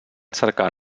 cercar